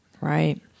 Right